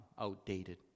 outdated